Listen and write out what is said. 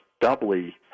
doubly